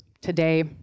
Today